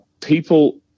people